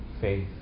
faith